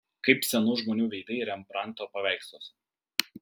kaip senų žmonių veidai rembrandto paveiksluose